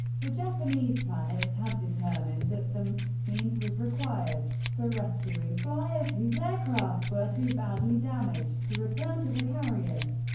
the japanese planners had determined that some means was required for rescuing fliers whose aircraft were too badly damaged to return to the carriers.